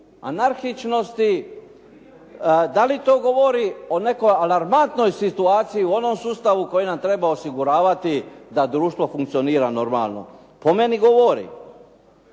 anarhičnosti? Dali to govori o nekoj alarmantnoj situaciji u onom sustavu koji nam treba osiguravati da društvo funkcionira normalno? Po meni govori.